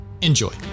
Enjoy